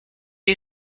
you